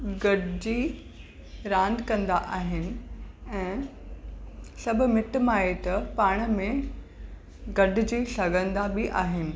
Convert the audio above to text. गॾिजी रांदि कंदा आहिनि ऐं सब मिटि माइटि पाण में गॾिजी सघंदा बि आहिनि